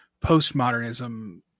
postmodernism